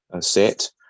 set